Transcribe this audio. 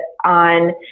on